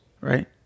right